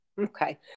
Okay